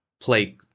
play